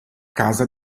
casa